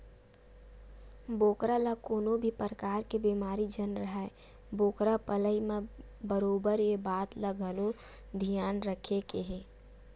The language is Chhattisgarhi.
बोकरा ल कोनो भी परकार के बेमारी झन राहय बोकरा पलई म बरोबर ये बात ल घलोक धियान रखे के हे